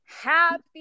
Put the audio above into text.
Happy